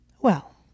Well